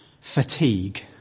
fatigue